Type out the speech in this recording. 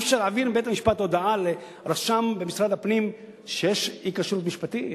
אי-אפשר להעביר מבית-המשפט הודעה לרשם במשרד הפנים שיש אי-כשרות משפטית?